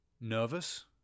Nervous